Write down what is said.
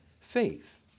faith